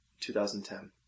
2010